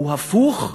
הוא הפוך,